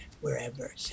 wherever